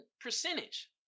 percentage